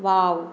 wow